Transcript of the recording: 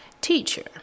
Teacher